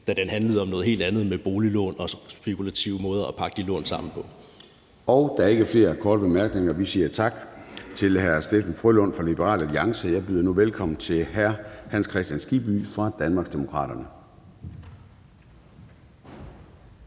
handlede om noget helt andet med boliglån og spekulative måder at pakke de lån på. Kl. 11:23 Formanden (Søren Gade): Der er ikke flere korte bemærkninger. Vi siger tak til hr. Steffen W. Frølund fra Liberal Alliance. Jeg byder nu velkommen til hr. Hans Kristian Skibby fra Danmarksdemokraterne.